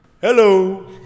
hello